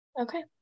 Okay